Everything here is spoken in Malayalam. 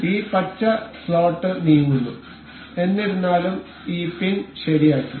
അതിനാൽ ഈ പച്ച സ്ലോട്ട് നീങ്ങുന്നു എന്നിരുന്നാലും ഈ പിൻ ശരിയാക്കി